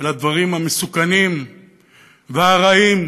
אל הדברים המסוכנים והרעים,